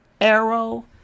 arrow